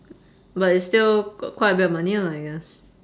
but it's still got quite a bit of money lah I guess